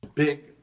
Big